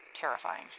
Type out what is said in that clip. terrifying